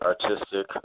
artistic